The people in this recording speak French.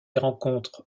rencontre